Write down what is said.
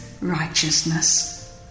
righteousness